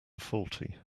faulty